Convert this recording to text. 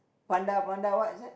panda panda what is that